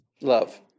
Love